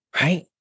right